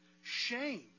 shame